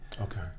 Okay